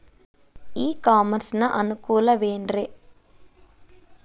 E commerce ನ ಅನುಕೂಲವೇನ್ರೇ?